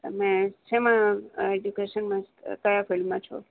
તમે શેમાં એજ્યુકેશનમાં કયા ફિલ્ડમાં છો